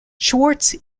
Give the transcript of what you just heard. schwartz